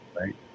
Right